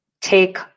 Take